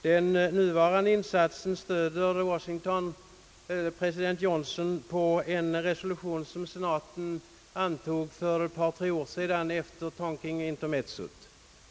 Den nuvarande insatsen stöder Washington och president Johnson på en resolution som senaten antog 1964 efter Tonkin-intermezzot.